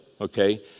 Okay